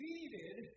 Needed